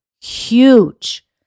huge